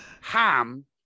ham